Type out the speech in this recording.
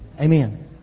Amen